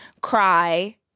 cry